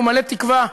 ומלא תקווה,